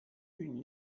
une